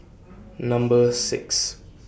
Number six